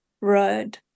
road